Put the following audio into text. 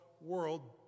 world